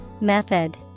Method